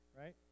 right